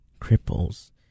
cripples